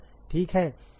ठीक है